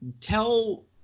Tell